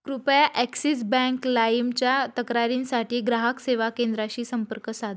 कृपया Axis bank लाईमच्या तक्रारींसाठी ग्राहक सेवा केंद्राशी संपर्क साध